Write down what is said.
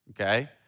okay